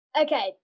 Okay